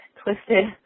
twisted